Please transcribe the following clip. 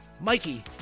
Mikey